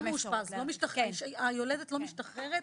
אם היולדת לא משתחררת,